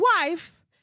wife